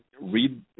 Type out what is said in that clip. read